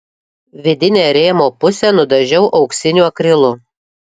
vidinę rėmo pusę nudažiau auksiniu akrilu